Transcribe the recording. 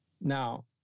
Now